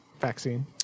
vaccine